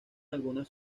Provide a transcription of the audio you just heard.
algunas